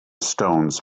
stones